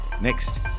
Next